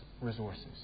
resources